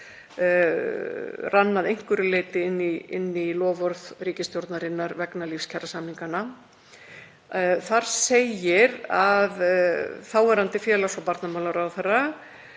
rann að einhverju leyti inn í loforð ríkisstjórnarinnar vegna lífskjarasamninga — hafi þáverandi félags- og barnamálaráðherra